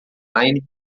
line